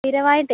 സ്ഥിരമായിട്ടേ